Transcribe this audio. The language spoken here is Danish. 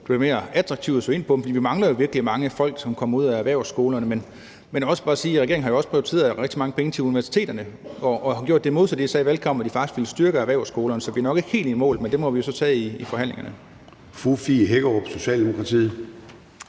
bliver mere attraktivt at søge ind på dem, for vi mangler jo virkelig mange folk, som kommer ud af erhvervsskolerne. Men jeg vil også bare sige, at regeringen også har prioriteret rigtig mange penge til universiteterne og har gjort det modsatte af det, de sagde i valgkampen, hvor de faktisk ville styrke erhvervsskolerne. Så vi er nok ikke helt i mål, men det må vi jo så tage i forhandlingerne. Kl. 13:24 Formanden (Søren